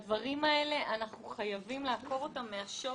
אנחנו חייבים לעקור את הדברים האלה מהשורש.